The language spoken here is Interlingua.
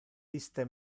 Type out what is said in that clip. iste